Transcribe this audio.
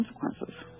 consequences